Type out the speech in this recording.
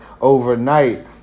overnight